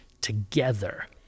together